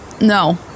No